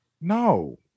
No